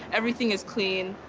everything is clean,